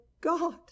god